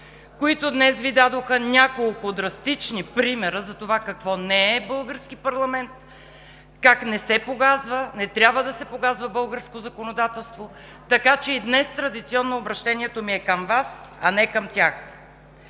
които днес Ви дадоха няколко драстични примера за това какво не е български парламент, как не се погазва, не трябва да се погазва българското законодателство. Така че и днес традиционно обръщението ми е към Вас, а не към тях.